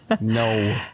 no